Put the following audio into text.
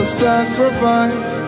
sacrifice